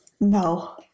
No